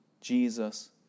Jesus